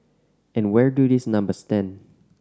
and where do these numbers stand